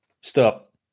Stop